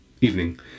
Evening